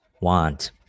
want